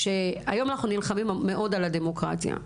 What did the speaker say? היום אנחנו נלחמים מאוד על הדמוקרטיה,